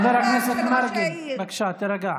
חבר הכנסת מרגי, בבקשה תירגע.